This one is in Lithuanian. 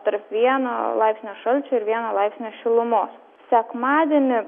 tarp vieno laipsnio šalčio ir vieno laipsnio šilumos sekmadienį